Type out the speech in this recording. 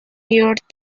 york